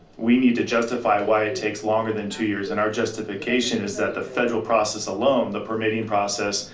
we need to justify why it takes longer than two years. and our justification is that the federal process alone, the permitting process,